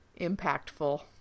impactful